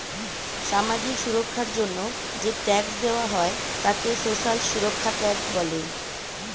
সামাজিক সুরক্ষার জন্য যে ট্যাক্স দেওয়া হয় তাকে সোশ্যাল সুরক্ষা ট্যাক্স বলে